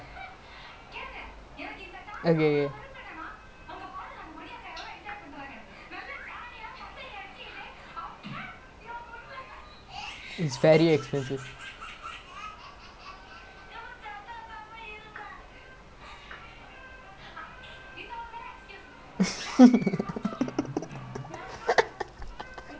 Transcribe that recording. then like I had to get drink lah then but then one dollar Coke then that [one] don't have then I damn lazy to buy and this err you buy drink alone also quite expensive but I know lah like எனக்கு:enakku like நானு அங்க கொஞ்ச நேரம் நின்னு கொஞ்ச:naanu anga konja neram ninnu konja like வெறுத்து போச்சு:veruthu pochu then this sanjay also behind me like I choose suddenly like eh no no no get the beer don't waste money damn பிச்சக்காரன்:pichakkaaran you know legit